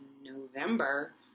November